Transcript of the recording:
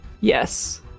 Yes